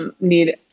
need